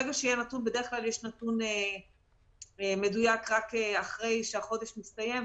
ברגע שיהיה נתון בדרך כלל יש נתון מדויק רק אחרי שהחודש מסתיים,